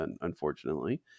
unfortunately